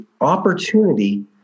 Opportunity